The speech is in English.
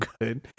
good